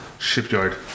Shipyard